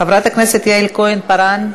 חברת הכנסת יעל כהן-פארן,